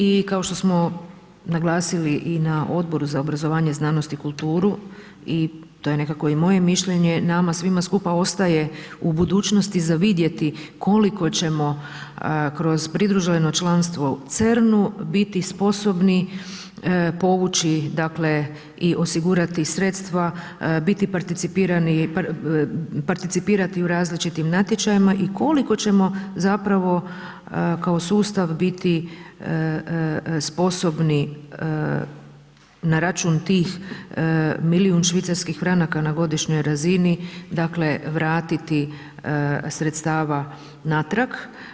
I kao što smo naglasili i na Odboru za obrazovanje, znanost i kulturu i to je nekako i moje mišljenje nama svima skupa ostaje u budućnosti za vidjeti koliko ćemo kroz pridruženo članstvo CERN-u biti sposobni povući dakle i osigurati sredstva, biti participirani, participirati u različitim natječajima i koliko ćemo zapravo kao sustav biti sposobni na račun tih milijun švicarskih franaka na godišnjoj razini vratiti sredstava natrag.